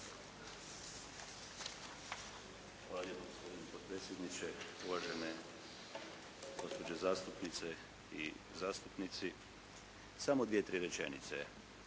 Hvala lijepa gospodine potpredsjedniče. Uvažene gospođe zastupnice i zastupnici. Samo dvije-tri rečenice.